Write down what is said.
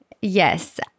Yes